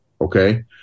okay